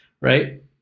right